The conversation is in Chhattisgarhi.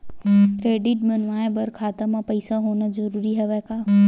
क्रेडिट बनवाय बर खाता म पईसा होना जरूरी हवय का?